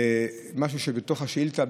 למשהו שבתוך השאילתה,